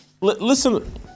Listen